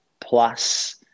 plus –